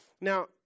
Now